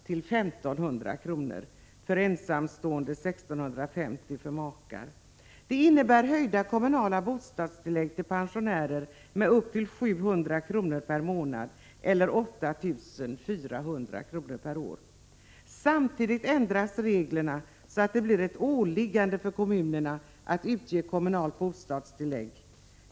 till I 500 kr. för ensamstående och 1 650 kr. för makar. Det innebär höjda kommunala bostadstillägg för pensionärerna med upp till 700 kr. per månad eller 8 400 kr. per år. Samtidigt ändras reglerna så att det blir ett åliggande för kommunerna att utge kommunalt bostadstillägg.